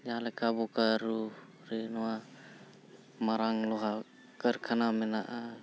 ᱡᱟᱦᱟᱸ ᱞᱮᱠᱟ ᱵᱳᱠᱟᱨᱳ ᱨᱮ ᱱᱚᱣᱟ ᱢᱟᱨᱟᱝ ᱞᱳᱦᱟ ᱠᱟᱨᱠᱷᱟᱱᱟ ᱢᱮᱱᱟᱜᱼᱟ